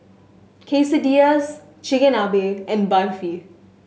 Quesadillas Chigenabe and Barfi